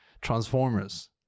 Transformers